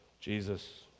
Jesus